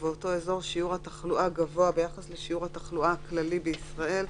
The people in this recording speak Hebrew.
ובאותו אזור שיעור התחלואה גבוה ביחס לשיעור התחלואה הכללי בישראל,